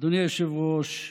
אדוני היושב-ראש,